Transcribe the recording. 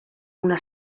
una